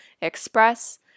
express